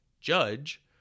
judge